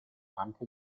anche